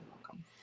welcome